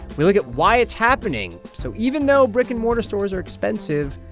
we look at why it's happening. so even though brick-and-mortar stores are expensive,